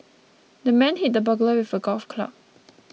the man hit the burglar with a golf club